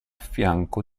fianco